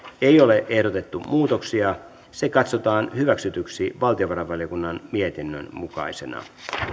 ei ole ehdotettu muutoksia se katsotaan hyväksytyksi valtiovarainvaliokunnan mietinnön mukaisena